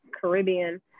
Caribbean